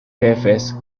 jefes